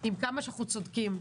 עם כמה שאנחנו צודקים.